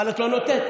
אבל את לא נותנת.